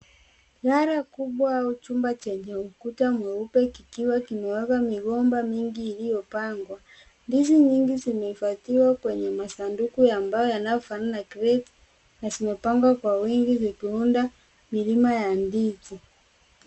Ghala kubwa au chumba chenye ukuta mweupe kikiwa kimewekwa migomba mingi iliyopangwa. Ndizi nyingi zimehifadhiwa kwenye masanduku ya mbao yanayofanana na kreti na zimepangwa kwa wingi zikiunda milima ya ndizi.